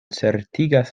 certigas